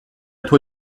toi